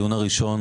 בדיון הראשון